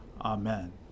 Amen